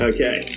Okay